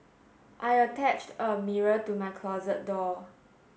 I attached a mirror to my closet door